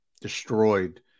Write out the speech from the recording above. destroyed